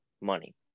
money